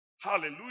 Hallelujah